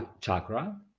chakra